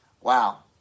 Wow